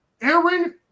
Aaron –